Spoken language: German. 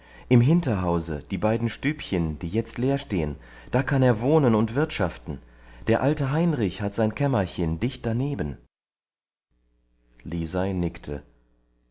im hinterhause die beiden stübchen die jetzt leer stehen da kann er wohnen und wirtschaften der alte heinrich hat sein kämmerchen dicht daneben lisei nickte